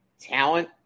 talent